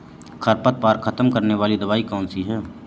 खरपतवार खत्म करने वाली दवाई कौन सी है?